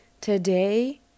today